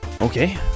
Okay